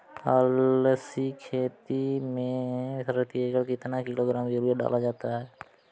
अलसी की खेती में प्रति एकड़ कितना किलोग्राम यूरिया डाला जाता है?